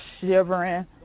shivering